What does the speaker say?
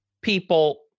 people